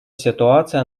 ситуация